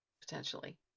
potentially